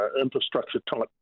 infrastructure-type